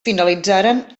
finalitzaren